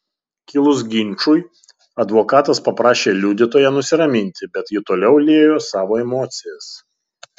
kilus ginčui advokatas paprašė liudytoją nusiraminti bet ji toliau liejo savo emocijas